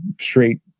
straight